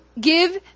give